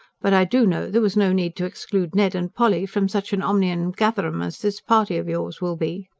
but i do know there was no need to exclude ned and polly from such an omnium-gatherum as this party of yours will be.